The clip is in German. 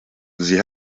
sie